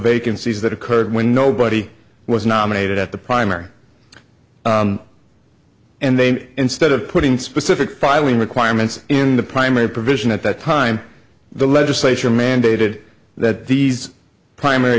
vacancies that occurred when nobody was nominated at the primary and then instead of putting specific filing requirements in the primary provision at that time the legislature mandated that these primary